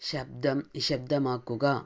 ശബ്ദം നിശബ്ദമാക്കുക